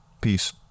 Peace